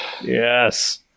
yes